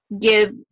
give